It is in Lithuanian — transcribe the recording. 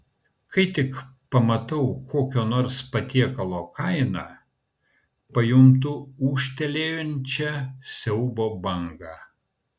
kai tik pamatau kokio nors patiekalo kainą pajuntu ūžtelėjančią siaubo bangą